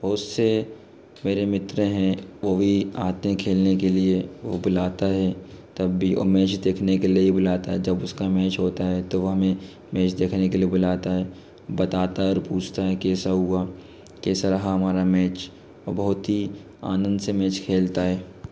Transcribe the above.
उससे मेरे मित्र हैं वो भी आते हैं खेलने के लिए वो बुलाता हे तब भी ओ मेच देखने के लिए ही बुलाता है जब उसका मेच होता है तो वो हमें मेच देखने के लिए बुलाता है बताता है और पूछता है कैसा हुआ कैसा रहा हमारा मेच वो बहुत ही आनंद से मेच खेलता है